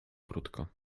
krótko